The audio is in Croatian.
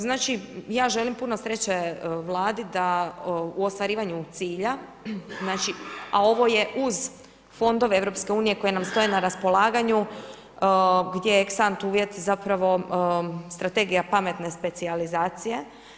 Znači, ja želim puno sreće Vladi u ostvarivanju cilja, znači a ovo je uz fondove EU koji nam stoje na raspolaganju gdje je ex ante uvjet zapravo Strategija pametne specijalizacije.